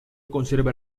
conserva